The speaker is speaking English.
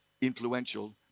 influential